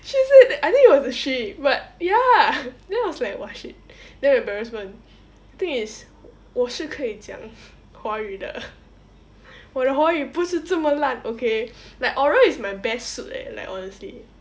she was like I think it was a she but ya then I was like !wah! shit damn embarrassment I think it's 我是可以讲华语的我的华语不是这么烂 okay like oral is my best suit leh like honestly